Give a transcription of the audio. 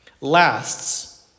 lasts